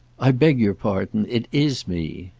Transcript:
i beg your pardon it is me.